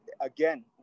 Again